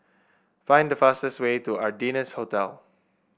find the fastest way to The Ardennes Hotel